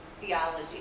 theology